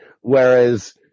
Whereas